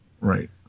Right